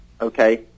Okay